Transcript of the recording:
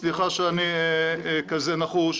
סליחה שאני כזה נחוש,